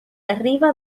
arriba